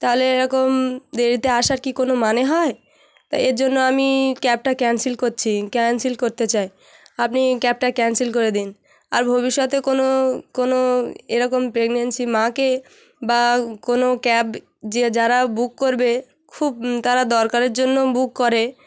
তাহলে এরকম দেরিতে আসার কি কোনো মানে হয় তা এর জন্য আমি ক্যাবটা ক্যান্সেল করছি ক্যান্সেল করতে চাই আপনি ক্যাবটা ক্যান্সেল করে দিন আর ভবিষ্যতে কোনো কোনো এরকম প্রেগনেন্সি মাকে বা কোনো ক্যাব যে যারা বুক করবে খুব তারা দরকারের জন্য বুক করে